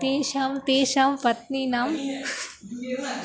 तेषां तेषां पत्नीनां